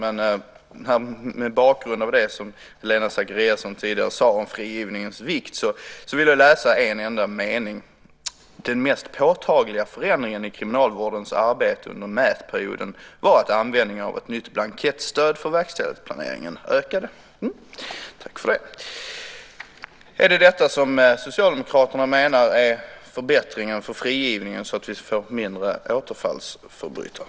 Men mot bakgrund av det som Helena Zakariasén tidigare sade om frigivningens vikt vill jag läsa en enda mening: Den mest påtagliga förändringen i kriminalvårdens arbete under mätperioden var att användningen av ett nytt blankettstöd för verksamhetsplaneringen ökade. Tack för det! Är det detta som Socialdemokraterna menar är förbättringar inför frigivningen så att vi får färre återfallsförbrytare?